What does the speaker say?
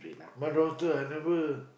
my daughter I never